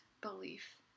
belief